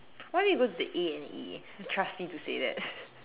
why don't you go to the A&E and trust me to say that